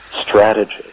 strategy